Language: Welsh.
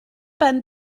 ben